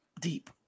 deep